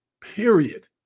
Period